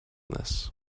this